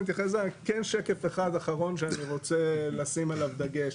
שקף אחד אחרון שאני רוצה לשים עליו דגש.